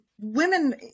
Women